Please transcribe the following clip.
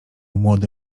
młody